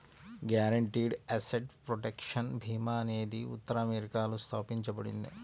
guaranteed asset protection భీమా అనేది ఉత్తర అమెరికాలో స్థాపించబడింది